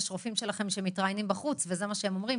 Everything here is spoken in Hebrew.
אבל יש רופאים שלכם שמתראיינים בחוץ וזה מה שאומרים.